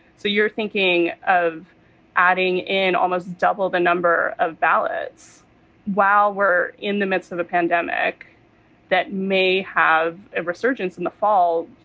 so you're thinking of adding in almost double the number of ballots while we're in the midst of a pandemic that may have a resurgence in the fall,